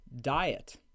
Diet